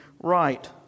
right